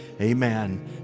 Amen